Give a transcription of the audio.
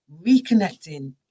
reconnecting